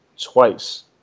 twice